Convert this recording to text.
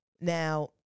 now